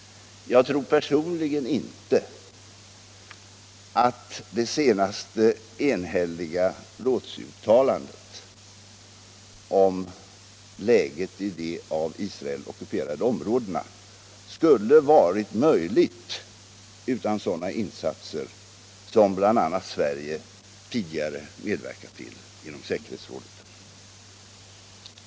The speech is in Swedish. Jag tror personligen inte att det senaste enhälliga rådsuttalandet om läget i de av Israel ockuperade områdena skulle ha varit möjligt utan sådana insatser som bl.a. Sverige tidigare medverkat till genom säkerhetsrådet.